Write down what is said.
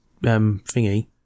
thingy